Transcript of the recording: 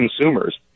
consumers